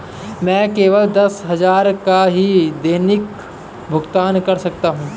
मैं केवल दस हजार का ही दैनिक भुगतान कर सकता हूँ